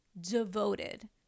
devoted